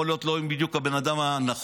יכול להיות שלא בדיוק עם הבן אדם הנכון,